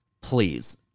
please